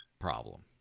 problem